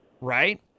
right